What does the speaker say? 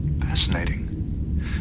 Fascinating